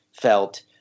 felt